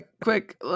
quick